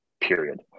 period